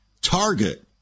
Target